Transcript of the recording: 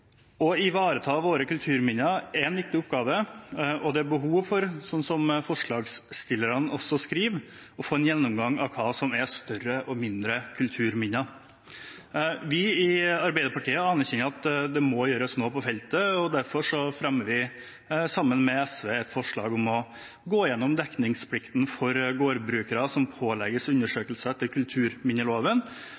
Å ivareta våre kulturminner er en viktig oppgave, og det er behov for – som forslagsstillerne også skriver – å få en gjennomgang av hva som er større og mindre kulturminner. Vi i Arbeiderpartiet anerkjenner at det må gjøres noe på feltet. Derfor fremmer vi sammen med SV et forslag om å gå gjennom dekningsplikten for gårdbrukere som pålegges